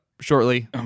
shortly